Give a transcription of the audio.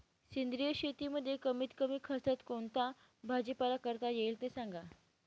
सेंद्रिय शेतीमध्ये कमीत कमी खर्चात कोणता भाजीपाला करता येईल ते सांगा